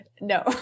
no